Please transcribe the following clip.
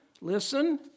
Listen